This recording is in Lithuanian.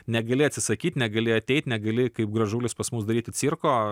negali atsisakyt negali ateit negali kaip gražulis pas mus daryti cirko